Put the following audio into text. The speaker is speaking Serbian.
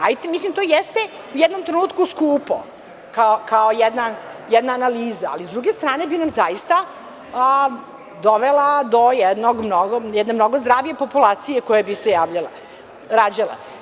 Hajte, mislim to jeste u jednom trenutku skupo, kao jedna analiza, ali sa druge strane bi nam zaista dovela do jedne mnogo zdrave populacije koja bi se rađala.